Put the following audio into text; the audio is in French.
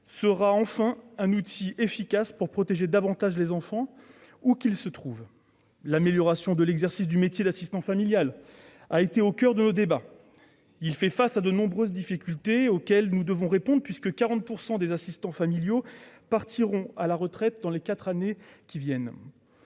sera enfin un outil efficace pour protéger davantage les enfants, où qu'ils se trouvent. L'amélioration des conditions d'exercice du métier d'assistant familial a été au coeur de nos débats. Cette profession fait face à de nombreuses difficultés auxquelles nous devrons répondre, puisque 40 % des assistants familiaux partiront à la retraite dans les quatre prochaines années.